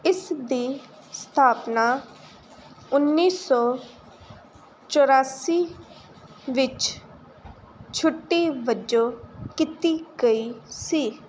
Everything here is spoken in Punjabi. ਇਸ ਦੀ ਸਥਾਪਨਾ ਉੱਨੀ ਸੌ ਚੁਰਾਸੀ ਵਿੱਚ ਛੁੱਟੀ ਵਜੋਂ ਕੀਤੀ ਗਈ ਸੀ